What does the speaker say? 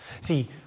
See